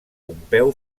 pompeu